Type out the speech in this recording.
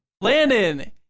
Landon